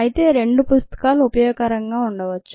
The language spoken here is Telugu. అయితే రెండు పుస్తకాలు ఉపయోగకరంగా ఉండవచ్చు